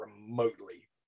remotely